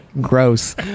Gross